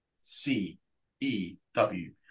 C-E-W